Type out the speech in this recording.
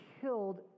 killed